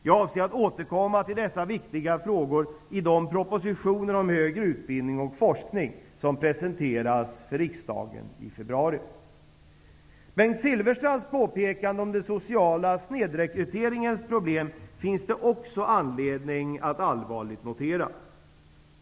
Jag avser att återkomma till dessa viktiga frågor i de propositioner om högre utbildning och forskning som presenteras för riksdagen i februari. Bengt Silfverstrands påpekande om den sociala snedrekryteringens problem finns det också anledning att allvarligt notera.